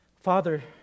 Father